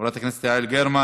חברת הכנסת יעל גרמן,